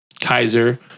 Kaiser